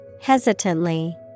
Hesitantly